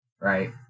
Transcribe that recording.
Right